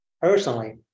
personally